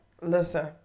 Listen